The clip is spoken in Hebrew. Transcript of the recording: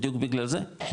בדיוק בגלל זה,